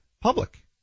public